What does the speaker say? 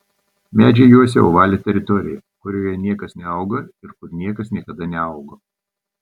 medžiai juosia ovalią teritoriją kurioje niekas neauga ir kur niekas niekada neaugo